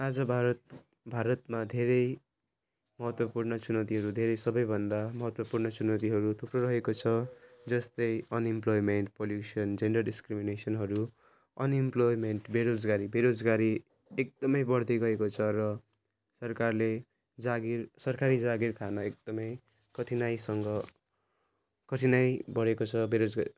आज भारत भारतमा धेरै महत्त्वपूर्ण चुनौतीहरू धेरै सबैभन्दा महत्त्वपूर्ण चुनौतीहरू थुप्रो रहेको छ जस्तै अनइम्प्लोइमेन्ट पोल्युसन जेन्डर डिस्क्रिमिनेसनहरू अनइम्प्लोइमेन्ट बेरोजगारी बेरोजगारी एकदमै बढ्दै गएको छ र सरकारले जागिर सरकारी जागिर खान एकदमै कठिनाइसँग कठिनाइ बढेको छ बेरोजगार